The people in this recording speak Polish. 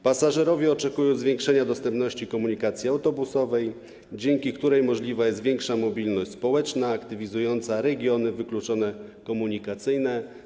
Pasażerowie oczekują zwiększenia dostępności komunikacji autobusowej, dzięki której możliwa jest większa mobilność społeczna, aktywizująca regiony wykluczone komunikacyjne.